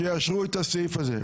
שיאשרו את הסעיף הזה.